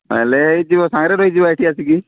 ହେଲେ ଏଇ ଯିବ ସାଙ୍ଗରେ ରହିଯିବା ଏଇଠି ଆସିକି